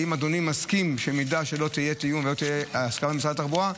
האם אדוני מסכים שאם לא יהיה תיאום ולא תהיה הסכמה ממשרד התחבורה,